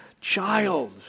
child